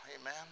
amen